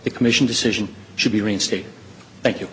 the commission decision should be reinstated thank you